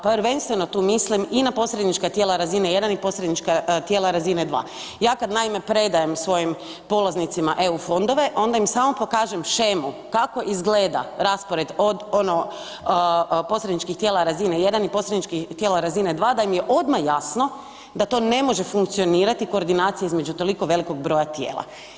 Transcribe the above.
Prvenstveno tu mislim i na posrednička tijela razine 1 i posrednička tijela razine 2. Ja kad naime predajem svojim polaznicima EU fondove onda im samo pokažem shemu kako izgleda raspored od ono posredničkih tijela razine 1 i posredničkih tijela razine 2 da im je odmah jasno da to ne može funkcionirati koordinacija između toliko velikog broja tijela.